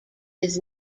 his